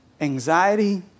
anxiety